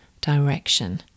direction